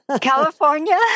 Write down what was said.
California